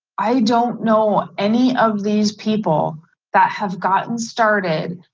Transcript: i don't know any of these people that have gotten started,